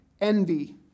envy